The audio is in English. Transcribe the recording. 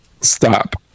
Stop